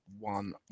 one